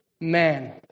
man